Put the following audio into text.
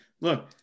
look